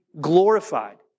glorified